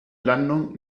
landung